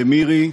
למירי,